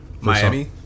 Miami